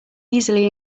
easily